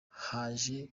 haje